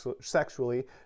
sexually